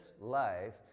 life